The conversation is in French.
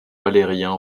valérien